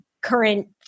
current